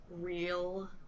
real